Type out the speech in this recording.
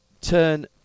turn